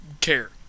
care